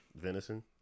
Venison